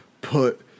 put